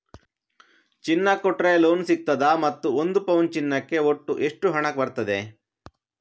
ಚಿನ್ನ ಕೊಟ್ರೆ ಲೋನ್ ಸಿಗ್ತದಾ ಮತ್ತು ಒಂದು ಪೌನು ಚಿನ್ನಕ್ಕೆ ಒಟ್ಟು ಎಷ್ಟು ಹಣ ಬರ್ತದೆ?